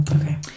Okay